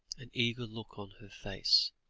an eager look on her face.